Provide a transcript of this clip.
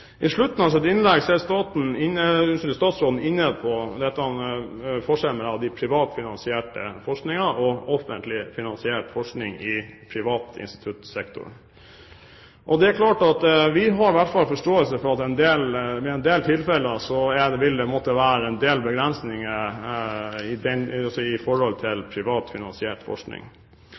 I slutten av sitt innlegg er statsråden inne på forskjellen mellom den privatfinansierte forskningen og offentlig finansiert forskning i instituttsektoren. Det er klart at vi har forståelse for at det i hvert fall i en del tilfeller vil måtte være en del begrensninger på privat finansiert forskning. Men vi vet altså om en rekke eksempler på at også offentlig finansiert forskning,